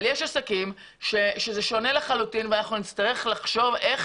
יש עסקים שזה שונה לחלוטין ונצטרך לחשוב איך